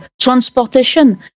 Transportation